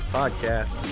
podcast